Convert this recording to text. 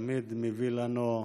שתמיד מביא לנו,